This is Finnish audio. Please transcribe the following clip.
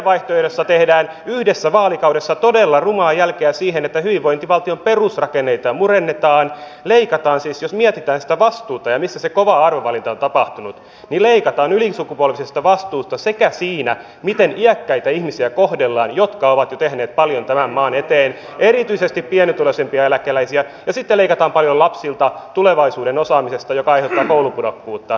teidän vaihtoehdossanne tehdään yhdessä vaalikaudessa todella rumaa jälkeä siinä että hyvinvointivaltion perusrakenteita murennetaan leikataan siis jos mietitään sitä vastuuta ja sitä missä se kova arvovalinta on tapahtunut ylisukupolvisesta vastuusta siinä miten kohdellaan iäkkäitä ihmisiä jotka ovat jo tehneet paljon tämän maan eteen erityisesti pienituloisimpia eläkeläisiä ja sitten leikataan paljon lapsilta tulevaisuuden osaamisesta mikä aiheuttaa koulupudokkuutta